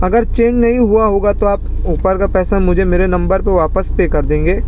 اگر چینج نہیں ہوا ہوگا تو آپ اوپر کا پیسہ مجھے میرے نمبر پر واپس پے کر دیں گے